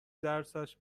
درسش